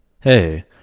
Hey